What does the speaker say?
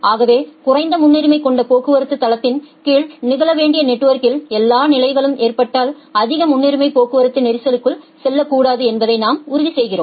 ஆகவே குறைந்த முன்னுரிமை கொண்ட போக்குவரத்து தளத்தின் கீழ் நிகழ வேண்டியது நெட்வொர்க்கில் எல்லா நிலைகளும் ஏற்பட்டால் அதிக முன்னுரிமை போக்குவரத்து நெரிசலுக்குள் செல்லக்கூடாது என்பதை நாம் உறுதி செய்கிறோம்